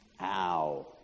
Ow